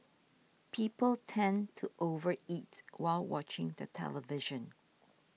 people tend to over eat while watching the television